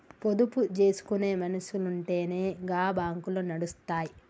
పొదుపు జేసుకునే మనుసులుంటెనే గా బాంకులు నడుస్తయ్